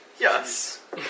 Yes